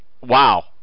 wow